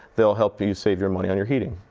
they'll help you save your money on your heating.